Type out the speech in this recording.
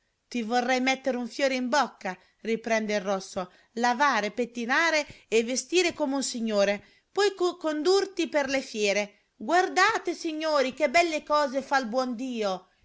ti vorrei mettere un fiore in bocca riprende il rosso lavare pettinare e vestire come un signore poi condurti per le fiere guardate signori che belle cose fa il buon dio